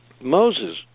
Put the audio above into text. Moses